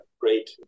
great